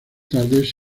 tarde